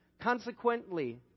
Consequently